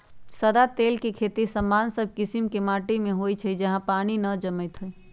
सदा तेल के खेती सामान्य सब कीशिम के माटि में होइ छइ जहा पानी न जमैत होय